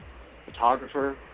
photographer